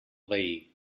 veí